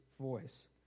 voice